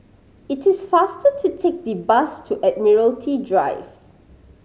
it is faster to take the bus to Admiralty Drive